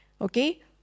okay